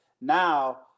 Now